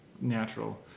natural